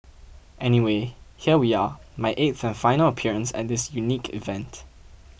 anyway here we are my eighth and final appearance at this unique event